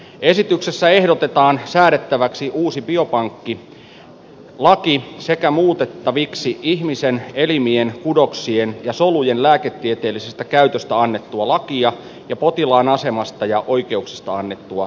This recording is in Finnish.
esityksessä ehdotetaan säädettäväksi uusi biopankkilaki sekä muutettaviksi ihmisen elimien kudoksien ja solujen lääketieteellisestä käytöstä annettua lakia ja potilaan asemasta ja oikeuksista annettua lakia